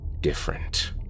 different